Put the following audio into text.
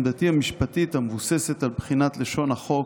עמדתי המשפטית המבוססת על בחינת לשון החוק,